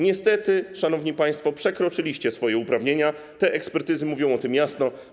Niestety, szanowni państwo, przekroczyliście swoje uprawnienia, te ekspertyzy mówią o tym jasno.